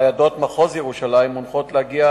ניידות מחוז ירושלים מונחות להגיע